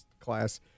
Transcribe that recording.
class